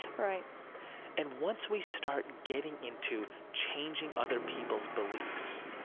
right and once we start getting into changing other people's beliefs,